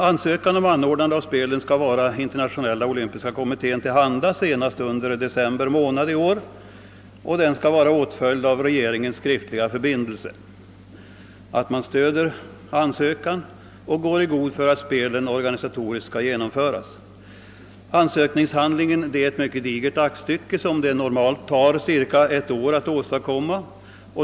Ansökan om anordnande av spelen skall vara internationella olympiska kommittén till handa senast under december månad i år, och den skall vara åtföljd av en skriftlig förbindelse från regeringen att denna stöder ansökan och går i god för att spelen organisatoriskt kan genomföras. Ansökningshandlingen blir ett digert aktstycke, som det beräknas ta cirka ett år att åstadkomma.